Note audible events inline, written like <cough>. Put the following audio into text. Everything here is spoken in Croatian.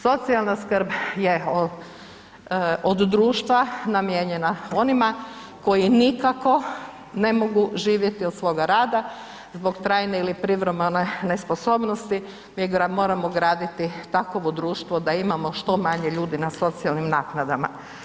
Socijalna skrb je od društva namijenjena onima koji nikako ne mogu živjeti od svoga rada zbog trajne ili privremene nesposobnosti ... <unintelligible> graditi takovo društvo da imamo što manje ljudi na socijalnim naknadama.